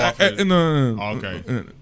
okay